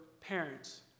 parents